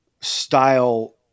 style